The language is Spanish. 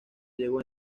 llegó